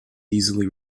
easily